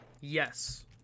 Yes